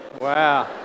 Wow